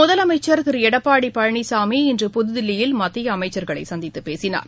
முதலமைச்சர் திரு எடப்பாடி பழனிசாமி இன்று புதுதில்லியில் மத்திய அமைச்சர்களை சந்தித்து பேசினார்